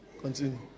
continue